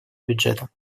бюджета